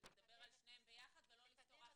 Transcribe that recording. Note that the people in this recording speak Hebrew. לקדם את